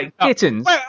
Kittens